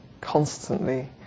constantly